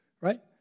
right